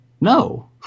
No